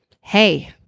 Hey